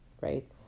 right